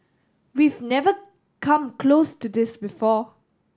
we've never come close to this before